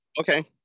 Okay